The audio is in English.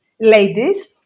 ladies